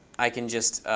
i can just,